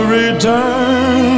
return